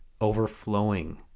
overflowing